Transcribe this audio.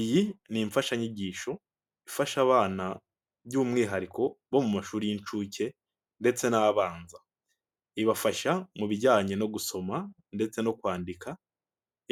Iyi ni imfashanyigisho ifasha abana by'umwihariko bo mu mashuri y'incuke ndetse n' abanza. Ibafasha mu bijyanye no gusoma ndetse no kwandika